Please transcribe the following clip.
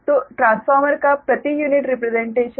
तो ट्रांसफार्मर का प्रति यूनिट रिप्रेसेंटेशन